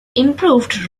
improved